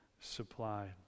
supplied